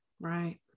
Right